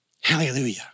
Hallelujah